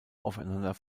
aufeinander